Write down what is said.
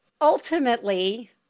ultimately